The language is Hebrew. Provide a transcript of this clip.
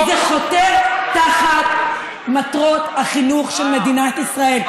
כי זה חותר תחת מטרות החינוך של מדינת ישראל.